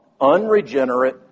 unregenerate